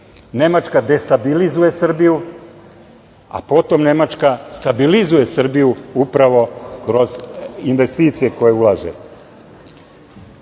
Nemačka destabilizuje Srbiju, a potom Nemačka stabilizuje Srbiju upravo kroz investicije koje ulaže. Drugim